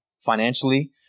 financially